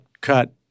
cut